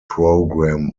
programme